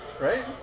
Right